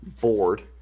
board